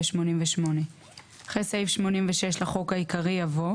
88ו־ 87 18. אחרי סעיף 86 לחוק העיקרי יבוא: